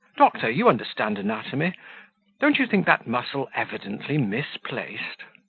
doctor, you understand anatomy don't you think that muscle evidently misplaced?